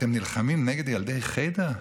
אתם נלחמים נגד ילדי חדר?